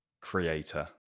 creator